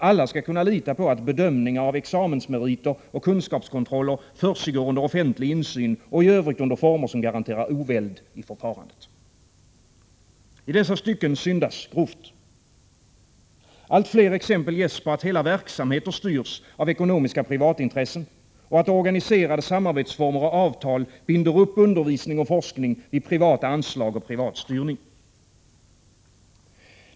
Alla skall kunna lita på att bedömningar av examensmeriter och kunskapskontroller försiggår under offentlig insyn och i övrigt under former som garanterar oväld i förfarandet. I dessa stycken syndas grovt. Allt fler exempel ges på att hela verksamheter styrs av ekonomiska privatintressen och att organiserade samarbetsformer och avtal binder upp undervisning och forskning vid privata anslag och privat styrning.